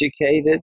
educated